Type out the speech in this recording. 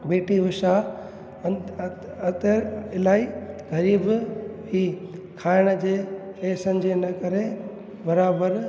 बेटी उषा अत इलाही ग़रीब हुई खाइण जे पैसनि जे न करे बराबर